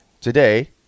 today